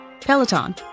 Peloton